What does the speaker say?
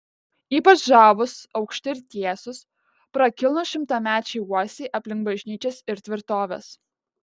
ypač žavūs aukšti ir tiesūs prakilnūs šimtamečiai uosiai aplink bažnyčias ir tvirtoves